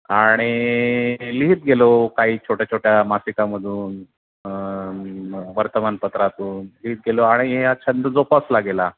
आणि लिहित गेलो काही छोट्या छोट्या मासिकामधून वर्तमानपत्रातून लिहित गेलो आणि या छंद जोपासला गेला